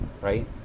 right